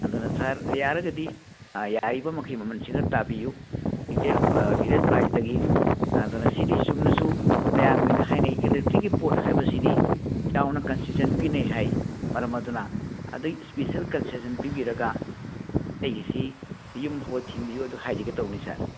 ꯑꯗꯨꯅ ꯁꯥꯔ ꯌꯥꯔꯒꯗꯤ ꯌꯥꯔꯤꯕꯃꯈꯩ ꯃꯃꯟꯁꯤ ꯈꯔ ꯇꯥꯕꯤꯌꯨ ꯔꯤꯇꯦꯜ ꯄ꯭ꯔꯥꯏꯖꯇꯒꯤ ꯑꯗꯨꯅ ꯁꯤꯒꯤ ꯆꯨꯝꯅ ꯁꯨꯝ ꯃꯌꯥꯝꯒꯤ ꯑꯣꯏꯅ ꯍꯥꯏꯅꯩ ꯏꯂꯦꯛꯇ꯭ꯔꯤꯛꯀꯤ ꯄꯣꯠ ꯍꯥꯏꯕꯁꯤꯗꯤ ꯌꯥꯝꯅ ꯀꯟꯁꯦꯁꯟ ꯄꯤꯅꯩ ꯍꯥꯏ ꯃꯔꯝ ꯑꯗꯨꯅ ꯑꯗꯩ ꯁ꯭ꯄꯤꯁꯦꯜ ꯀꯟꯁꯦꯁꯟ ꯄꯤꯕꯤꯔꯒ ꯑꯩꯒꯤꯁꯤ ꯌꯨꯝ ꯐꯥꯎꯕ ꯊꯤꯟꯕꯤꯎ ꯍꯥꯏꯖꯒꯦ ꯇꯧꯕꯅꯤ ꯁꯥꯔ